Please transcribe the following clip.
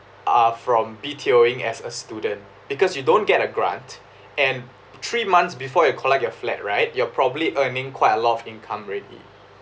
uh from B_T_Oing as a student because you don't get a grant and three months before you collect your flat right you're probably earning quite a lot of income already